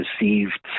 received